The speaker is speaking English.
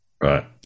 Right